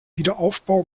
wiederaufbau